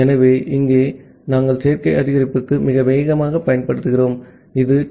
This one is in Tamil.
ஆகவே இங்கே நாங்கள் சேர்க்கை அதிகரிப்புக்கு மிக வேகமாகப் பயன்படுத்துகிறோம் இது டி